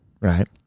right